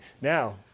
Now